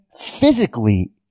physically